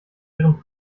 ihren